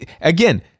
again